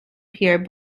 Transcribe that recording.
pierre